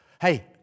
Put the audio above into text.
Hey